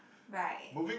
right